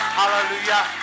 hallelujah